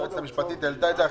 היועצת המשפטית העלתה את זה.